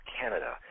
Canada